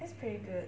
that's pretty good